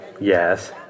Yes